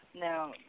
Now